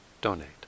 donate